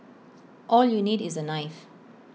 all you need is A knife